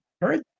heard